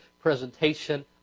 presentation